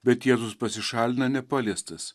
bet jėzus pasišalina nepaliestas